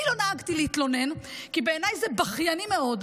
אני לא נהגתי להתלונן כי בעיניי זה בכייני מאוד.